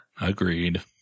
Agreed